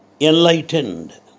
enlightened